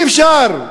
אי-אפשר,